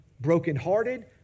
brokenhearted